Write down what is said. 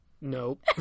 Nope